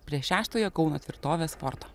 prie šeštojo kauno tvirtovės forto